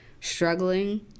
struggling